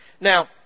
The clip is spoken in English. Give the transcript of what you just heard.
Now